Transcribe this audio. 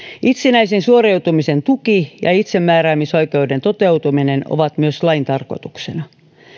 itsenäisen suoriutumisen tuki ja itsemääräämisoikeuden toteutuminen ovat myös lain tarkoituksena